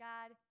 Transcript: God